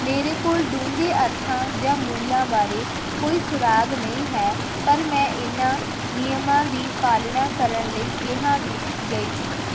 ਮੇਰੇ ਕੋਲ ਡੂੰਘੇ ਅਰਥਾਂ ਜਾਂ ਮੂਲਾਂ ਬਾਰੇ ਕੋਈ ਸੁਰਾਗ ਨਹੀਂ ਹੈ ਪਰ ਮੈਂ ਇਹਨਾਂ ਨਿਯਮਾਂ ਦੀ ਪਾਲਣਾ ਕਰਨ ਲਈ ਕਿਹਾ ਗਿਆ ਗਈ ਸੀ